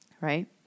right